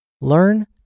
Learn